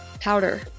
powder